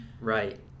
Right